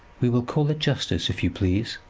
we will call it justice, if you please.